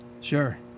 Sure